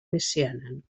messiaen